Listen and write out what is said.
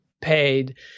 paid